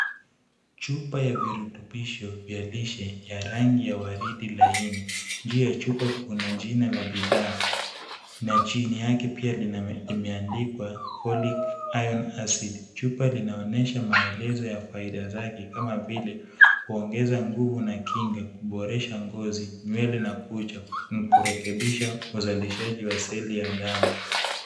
Chupa ya virutubisho vya lishe ya rangi ya waridi laini. Juu ya chupa kuna jina la bidhaa na chini yake pia imeandikwa folic iron acid . Chupa linaonyesha maelezo ya faida zake, kama vile kuongeza nguvu na kinga, kuboresha ngozi, nywele na kucha, kurekebisha uzalishaji wa seli ya damu.